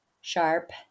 sharp